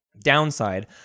downside